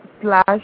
slash